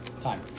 time